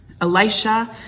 Elisha